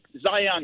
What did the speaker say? zion